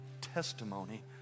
testimony